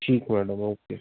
ठीक madam okay